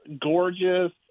gorgeous